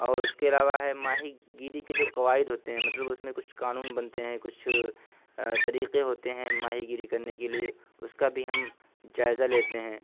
اور اس کے علاوہ ہے ماہی گیری کے جو قوائد ہوتے ہیں مطلب اس میں کچھ قانون بنتے ہیں کچھ طریقے ہوتے ہیں ماہی گیری کرنے کے لیے اس کا بھی ہم جائزہ لیتے ہیں